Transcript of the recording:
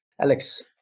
alex